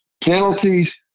penalties